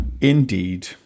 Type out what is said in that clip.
Indeed